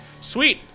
sweet